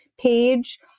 page